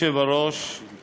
הוראת סעיף 11(ב)